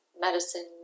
medicine